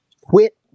quit